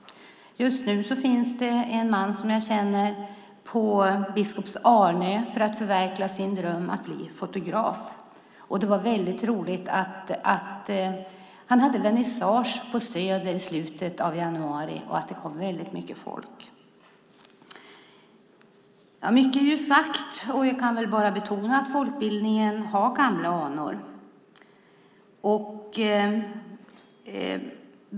Just nu finns en man som jag känner på Biskops Arnö för att förverkliga sin dröm att bli fotograf. Han hade vernissage på Södermalm i slutet av januari, och det var roligt att det kom väldigt mycket folk. Mycket har sagts, och jag kan bara betona att folkbildningen har gamla anor.